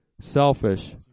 selfish